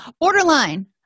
Borderline